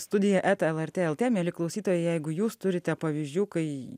studija eta lrt lt mieli klausytojai jeigu jūs turite pavyzdžių kai